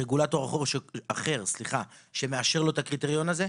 יש רגולטור אחר שמאשר לו את הקריטריון הזה?